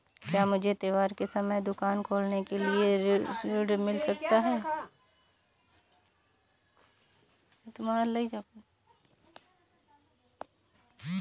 क्या मुझे त्योहार के समय दुकान खोलने के लिए ऋण मिल सकता है?